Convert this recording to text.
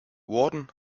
warden